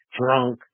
drunk